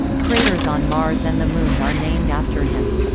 craters on mars and the moon are named after him.